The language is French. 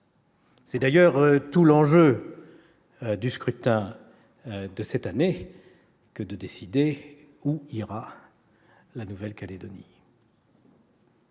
C'est d'ailleurs tout l'enjeu du scrutin de cette année de décider où ira la Nouvelle-Calédonie.